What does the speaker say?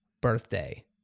birthday